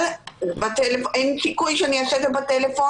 אבל אין סיכוי שאני אעשה את זה בטלפון.